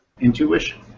intuition